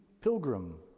Pilgrim